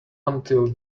until